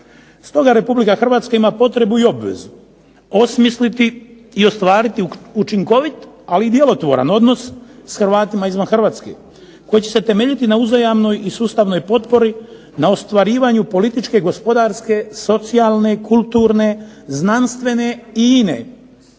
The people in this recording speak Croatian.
Stoga Republike Hrvatska ima potrebu i obvezu osmisliti i ostvariti učinkovit ali i djelotvoran odnos s Hrvatima izvan Hrvatske koji će se temeljiti na uzajamnoj i sustavnoj potpori na ostvarivanju političke gospodarske, socijalne, kulturne, znanstvene i ine